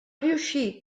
riuscì